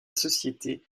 société